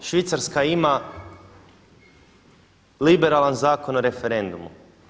Švicarska ima liberalan zakon o referendumu.